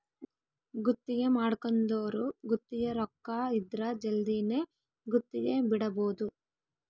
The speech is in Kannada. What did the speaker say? ಗುತ್ತಿಗೆ ಮಾಡ್ಕೊಂದೊರು ಗುತ್ತಿಗೆ ರೊಕ್ಕ ಇದ್ರ ಜಲ್ದಿನೆ ಗುತ್ತಿಗೆ ಬಿಡಬೋದು